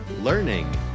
learning